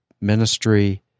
ministry